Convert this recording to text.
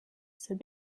said